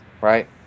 right